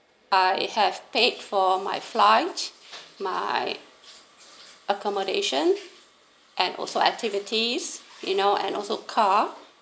I have paid for my flight my accommodation and also activities you know and also car